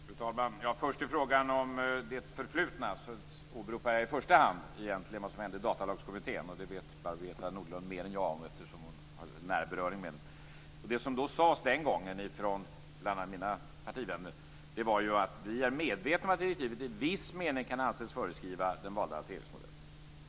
Fru talman! Först till frågan om det förflutna. Jag åberopar i första hand vad som hände i Datalagskommittén. Om det vet Barbro Hietala Nordlund mer om än jag eftersom hon har beröring med den. Det som sades den gången bl.a. från mina partivänner var att man var medveten om att direktivet i viss mening kunde anses föreskriva den valda hanteringsmodellen.